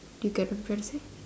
do you get what I'm trying to say